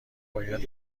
باید